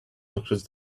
across